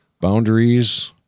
Boundaries